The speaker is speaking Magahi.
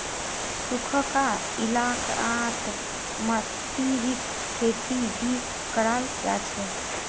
सुखखा इलाकात मतीरीर खेती भी कराल जा छे